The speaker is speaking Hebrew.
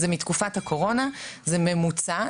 זה מתקופת הקורונה, זה ממוצע.